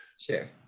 Sure